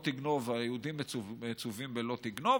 היהודים מצווים ב"לא תגנוב",